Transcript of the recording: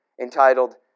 entitled